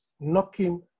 knocking